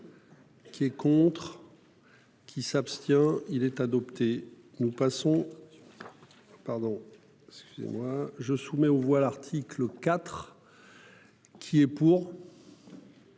Qui est contre. Qui s'abstient. Il est adopté. Nous passons. Pardon, excusez-moi je soumets aux voix l'article IV. Qui est pour.